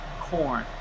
corn